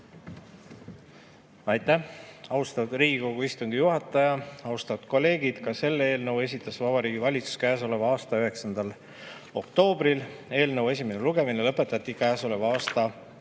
Aitäh, austatud Riigikogu istungi juhataja! Austatud kolleegid! Ka selle eelnõu esitas Vabariigi Valitsus käesoleva aasta 9. oktoobril. Eelnõu esimene lugemine lõpetati käesoleva aasta